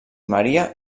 maria